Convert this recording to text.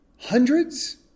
Hundreds